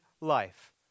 life